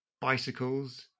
bicycles